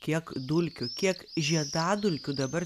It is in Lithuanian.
kiek dulkių kiek žiedadulkių dabar